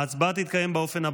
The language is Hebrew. ההצבעה תתקיים באופן הבא: